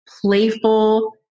playful